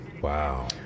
Wow